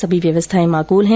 सभी व्यवस्थाएं माकूल है